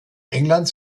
england